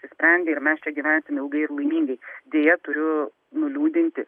išsisprendė ir mes čia gyvensim ilgai ir laimingai deja turiu nuliūdinti